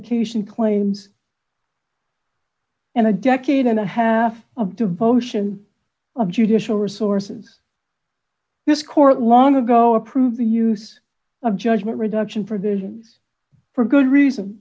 ication claims and a decade and a half devotion of judicial resources this court long ago approved the use of judgment reduction for this for good reason